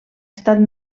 estat